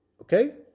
okay